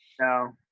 No